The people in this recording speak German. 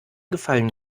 gefallen